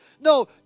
No